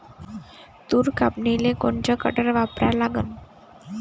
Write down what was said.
तूर कापनीले कोनचं कटर वापरा लागन?